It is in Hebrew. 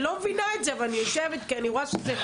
אני לא מבינה את זה אבל אני יושבת ואני רואה סרטונים,